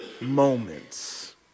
moments